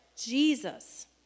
Jesus